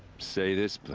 say this, but.